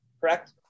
correct